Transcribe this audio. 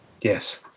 Yes